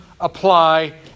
apply